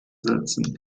setzen